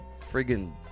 friggin